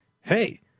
hey